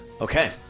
okay